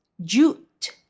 jute